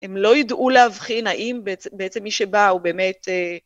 הם לא ידעו להבחין האם בעצם מי שבא הוא באמת...